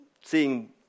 seeing